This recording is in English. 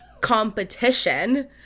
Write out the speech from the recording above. competition